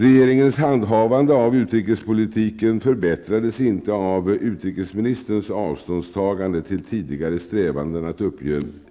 Regeringens handhavande av utrikespolitiken förbättrades inte av utrikesministerns avståndstagande beträffande tidigare strävanden att